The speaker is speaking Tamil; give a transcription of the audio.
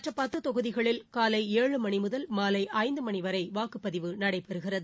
மற்ற பத்து தொகுதிகளில் காலை ஏழு மணி முதல் மாலை ஐந்து மணிவரை வாக்குப்பதிவு நடைபெறுகிறது